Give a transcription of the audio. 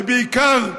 ובעיקר,